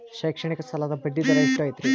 ಶೈಕ್ಷಣಿಕ ಸಾಲದ ಬಡ್ಡಿ ದರ ಎಷ್ಟು ಐತ್ರಿ?